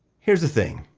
here's the thing.